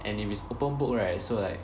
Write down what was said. and if it's open book right so like